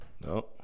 no